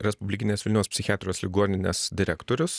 respublikinės vilniaus psichiatrijos ligoninės direktorius